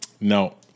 No